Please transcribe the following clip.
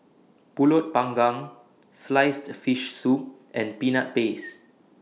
Pulut Panggang Sliced Fish Soup and Peanut Paste